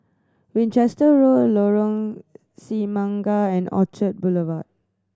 Winchester Road Lorong Semangka and Orchard Boulevard